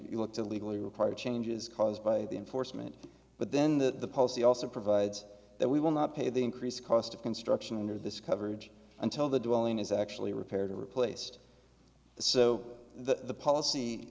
want to legally require changes caused by the enforcement but then the policy also provides that we will not pay the increased cost of construction under this coverage until the dwelling is actually repaired or replaced so that the policy